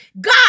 God